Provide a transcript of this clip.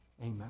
Amen